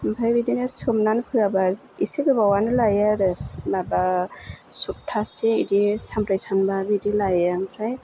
ओमफ्रय बिदिनो सोमनानै फोआबा एसे गोबावानो लायो आरो माबा सप्तासे बिदि सानब्रै सानबा बिदि लायो ओमफ्राय